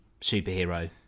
superhero